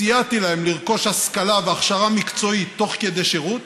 סייעתי להם לרכוש השכלה והכשרה מקצועית תוך כדי שירות